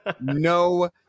no